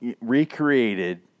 recreated